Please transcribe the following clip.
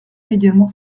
également